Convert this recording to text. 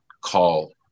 call